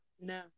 No